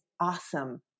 awesome